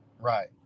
right